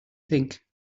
think